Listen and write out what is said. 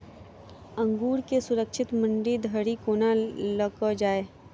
अंगूर केँ सुरक्षित मंडी धरि कोना लकऽ जाय?